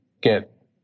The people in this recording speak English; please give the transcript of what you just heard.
get